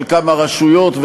של כמה רשויות,